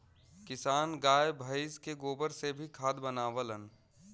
किसान गाय भइस के गोबर से भी खाद बनावलन